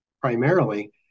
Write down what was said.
primarily